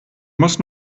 muss